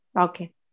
Okay